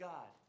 God